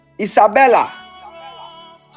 Isabella